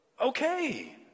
okay